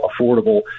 affordable